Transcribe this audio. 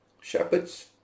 shepherds